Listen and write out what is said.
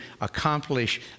accomplish